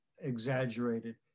exaggerated